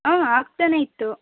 ಹಾಂ ಆಗ್ತನೆ ಇತ್ತು